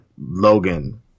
Logan